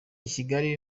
kigali